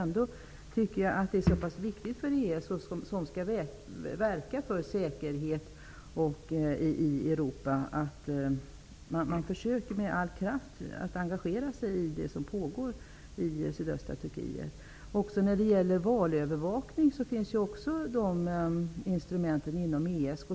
ESK, som skall verka för säkerheten i Europa, borde med all kraft engagera sig i vad som pågår i sydöstra Turkiet. Även när det gäller valövervakning finns det instrument inom ESK.